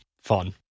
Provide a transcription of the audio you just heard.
Fun